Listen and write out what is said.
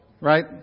right